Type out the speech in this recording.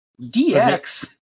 DX